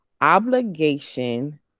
obligation